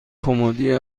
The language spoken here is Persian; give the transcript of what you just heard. کمدی